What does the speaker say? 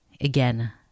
again